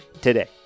today